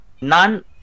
none